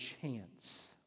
chance